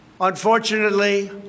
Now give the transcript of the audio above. Unfortunately